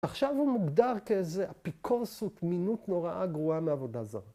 ‫עכשיו הוא מוגדר כאיזה אפיקורסות, ‫מינות נוראה גרועה מעבודה זרה.